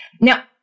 Now